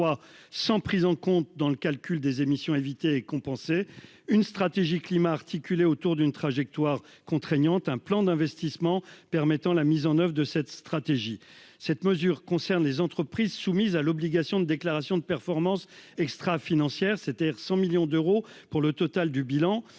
sans prise en compte dans le calcul des émissions évitées compenser une stratégie climat articulée autour d'une trajectoire contraignante, un plan d'investissement permettant la mise en oeuvre de cette stratégie. Cette mesure concerne les entreprises soumises à l'obligation de déclaration de performance extra-financière, c'est-à-dire 100 millions d'euros pour le total du bilan